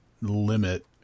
limit